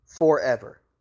forever